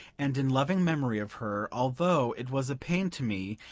and in loving memory of her, although it was a pain to me,